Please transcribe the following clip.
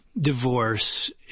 Divorce